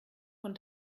von